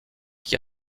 qui